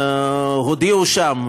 הודיעו שם,